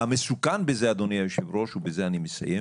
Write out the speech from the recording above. המסוכן בזה, אדוני היושב-ראש, ובזה אני מסיים,